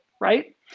right